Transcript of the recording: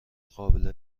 قابل